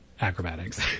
acrobatics